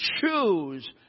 choose